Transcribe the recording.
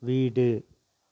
வீடு